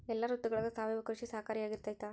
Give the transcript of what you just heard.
ಎಲ್ಲ ಋತುಗಳಗ ಸಾವಯವ ಕೃಷಿ ಸಹಕಾರಿಯಾಗಿರ್ತೈತಾ?